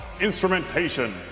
instrumentation